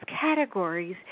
categories